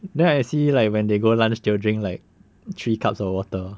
then I see like when they go lunch they will drink like three cups of water